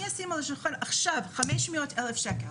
אני אשים על השולחן עכשיו 500 אלף שקל.